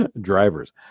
Drivers